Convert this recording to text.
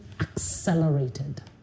accelerated